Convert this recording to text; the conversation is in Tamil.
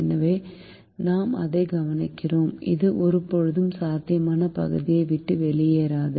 எனவே நாம் அதை கவனிக்கிறோம் அது ஒருபோதும் சாத்தியமான பகுதியை விட்டு வெளியேறாது